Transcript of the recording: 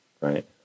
right